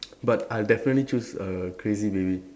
but I'll definitely choose err crazy baby